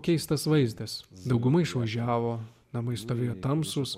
keistas vaizdas dauguma išvažiavo namai stovėjo tamsūs